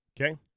Okay